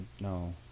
no